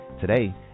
Today